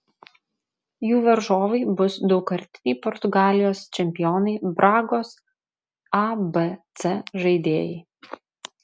jų varžovai bus daugkartiniai portugalijos čempionai bragos abc žaidėjai